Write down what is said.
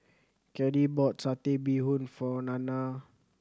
Caddie bought Satay Bee Hoon for Nanna